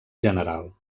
general